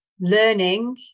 learning